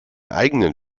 eigenen